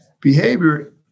behavior